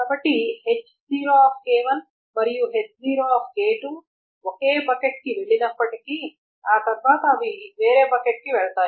కాబట్టి h0 మరియు h0 ఒకే బకెట్ కి వెళ్లినప్పటికీ ఆ తర్వాత అవి వేరే బకెట్కి వెళ్తాయి